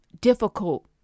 difficult